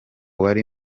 wari